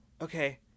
okay